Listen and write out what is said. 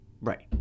Right